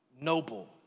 Noble